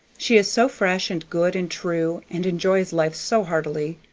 she is so fresh and good and true, and enjoys life so heartily.